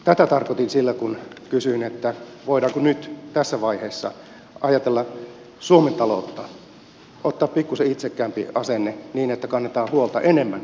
tätä tarkoitin sillä kun kysyin että voidaanko nyt tässä vaiheessa ajatella suomen taloutta ottaa pikkuisen itsekkäämpi asenne niin että kannetaan huolta enemmän suomen taloudesta